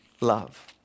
love